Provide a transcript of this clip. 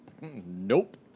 Nope